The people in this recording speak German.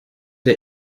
der